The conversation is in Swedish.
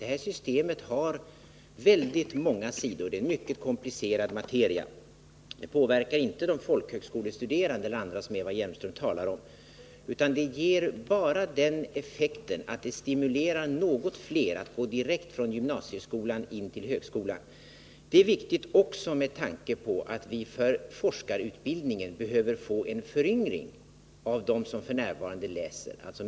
Det här systemet har väldigt många sidor — det är en mycket komplicerad materia. Det påverkar inte de folkhögskolestuderande och de andra som Eva Hjelmström talar om, utan det ger bara den effekten att det stimulerar något fler att gå direkt från gymnasieskolan till högskola. Det är viktigt också med tanke på att vi för forskarutbildningen behöver få en föryngring av dem som läser.